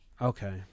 okay